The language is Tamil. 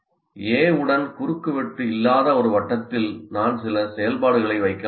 A உடன் குறுக்குவெட்டு இல்லாத ஒரு வட்டத்தில் நான் சில செயல்பாடுகளை வைக்கலாமா